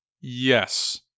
Yes